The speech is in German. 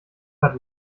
hat